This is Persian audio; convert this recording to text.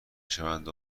شود